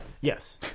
Yes